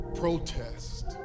protest